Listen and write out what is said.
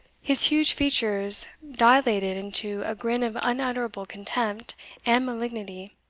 his huge features dilated into a grin of unutterable contempt and malignity,